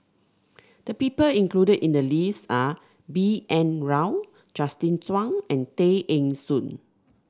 the people included in the list are B N Rao Justin Zhuang and Tay Eng Soon